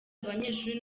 abanyeshuri